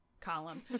column